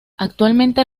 actualmente